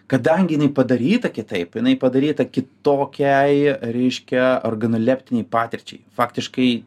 kadangi jinai padaryta kitaip jinai padaryta kitokiai reiškia organoleptinei patirčiai faktiškai